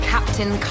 Captain